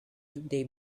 they